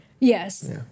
Yes